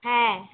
হ্যাঁ